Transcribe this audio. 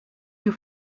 you